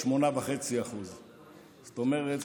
8.5%. זאת אומרת,